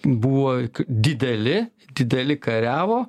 buvo dideli dideli kariavo